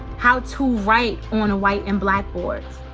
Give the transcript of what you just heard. how to write on white and blackboards.